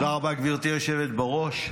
תודה רבה, גברתי היושבת בראש.